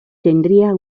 tendría